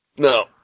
No